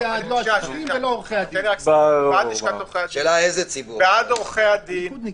בעד לשכת עורכי הדין, בעד עורכי הדין.